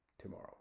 tomorrow